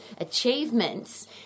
achievements